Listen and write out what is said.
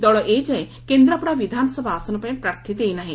ଦଳ ଏଯାଏ କେନ୍ଦ୍ରାପଡ଼ା ବିଧାନସଭା ଆସନପାଇଁ ପ୍ରାର୍ଥୀ ଦେଇ ନାହି